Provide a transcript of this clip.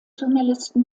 journalisten